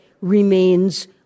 remains